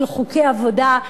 של חוקי עבודה.